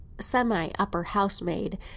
semi-upper-housemaid